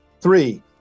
Three